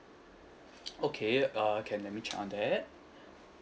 okay uh can let me check on that